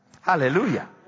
Hallelujah